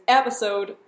episode